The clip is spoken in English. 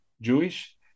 Jewish